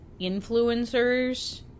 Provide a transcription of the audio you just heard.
Influencers